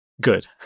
good